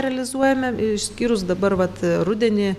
realizuojame išskyrus dabar vat rudenį